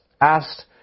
asked